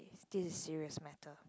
this is serious matter